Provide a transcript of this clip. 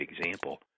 example